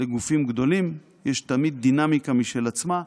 לגופים גדולים יש תמיד דינמיקה משל עצמה,